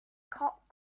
cock